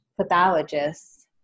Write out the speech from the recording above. pathologists